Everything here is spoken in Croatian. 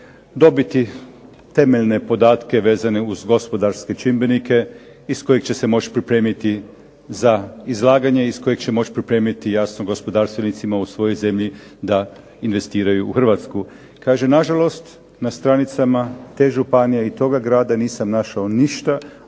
dobiti temeljne podatke vezane uz gospodarske čimbenike iz kojih će se moći pripremiti za izlaganje i iz kojeg će moći pripremiti jasno gospodarstvenicima u svojoj zemlji da investiraju u Hrvatsku. Kaže, nažalost na stranicama te županije i toga grada nisam našao ništa